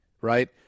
right